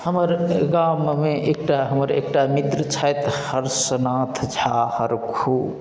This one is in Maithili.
हमर गाममे एकटा हमर एकटा मित्र छथि हर्षनाथ झा हरखू